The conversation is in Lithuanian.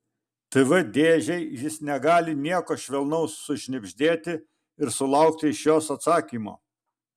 tv dėžei jis negali nieko švelnaus sušnibždėti ir sulaukti iš jos atsakymo